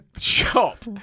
shop